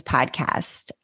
Podcast